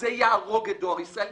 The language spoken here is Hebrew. זה יהרוג את דואר ישראל.